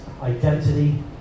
identity